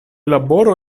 laboro